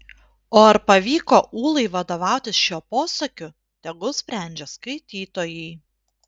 o ar pavyko ūlai vadovautis šiuo posakiu tegul sprendžia skaitytojai